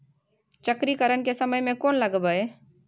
चक्रीकरन के समय में कोन लगबै?